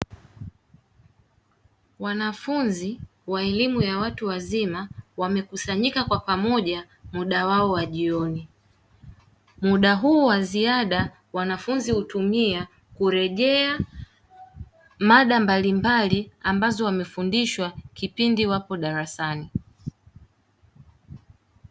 Wanafunzi wa elimu ya watu wazima, wamekusanyika kwa pamoja muda wao wa jioni. Muda huo wa ziada wanafunzi hutumia kurejea mada mbalimbali, ambazo wamefundishwa kipindi wapo darasani.